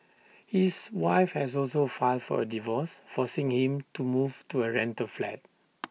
his wife has also filed for A divorce forcing him to move to A rental flat